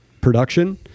production